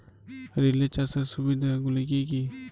Relay চাষের সুবিধা গুলি কি কি?